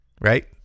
right